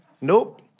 Nope